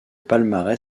palmarès